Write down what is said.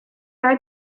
are